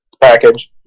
package